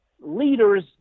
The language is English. leaders